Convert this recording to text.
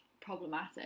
problematic